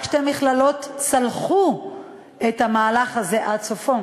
רק שתי מכללות צלחו את המהלך הזה עד סופו.